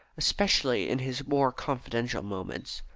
especially in his more confidential moments.